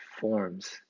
forms